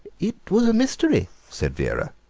it was a mystery said vera.